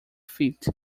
feet